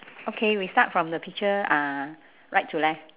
okay we start from the picture ah right to left